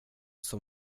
som